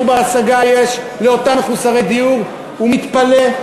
בר-השגה יש לאותם מחוסרי דיור הוא מתפלא,